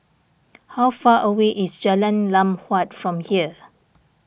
how far away is Jalan Lam Huat from here